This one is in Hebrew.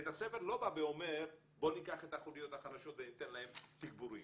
בית הספר לא בא ואומר בוא ניקח את החוליות החלשות וניתן להן תגבורים.